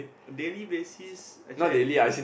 daily basis actually I